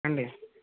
అండి